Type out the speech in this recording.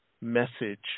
message